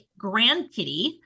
grandkitty